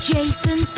Jason